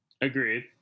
agreed